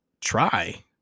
try